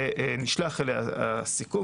ונשלח אליה הסיכום.